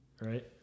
right